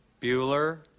Bueller